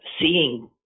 seeing